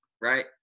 Right